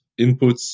inputs